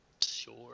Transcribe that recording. Sure